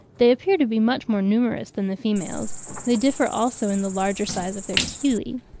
they appear to be much more numerous than the females they differ also in the larger size of their chelae.